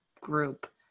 group